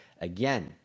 Again